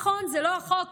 נכון, זה לא החוק